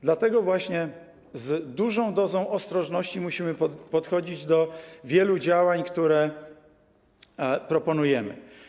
Dlatego właśnie z dużą dozą ostrożności musimy podchodzić do wielu działań, które proponujemy.